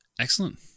Excellent